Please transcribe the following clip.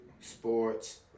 sports